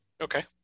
Okay